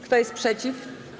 Kto jest przeciw.